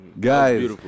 Guys